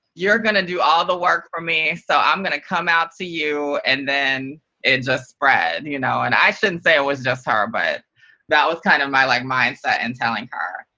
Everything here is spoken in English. you're going to do all the work for me, so i'm going to come out to you, and then it just spread. you know and i shouldn't say it was just her, but that was kind of my like mindset in telling her.